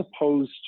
opposed